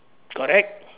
correct